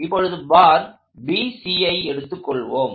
இப்பொழுது பார் BCஐ எடுத்துக் கொள்வோம்